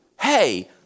hey